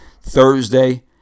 Thursday